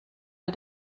all